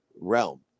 realm